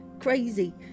Crazy